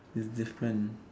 resistance